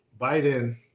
Biden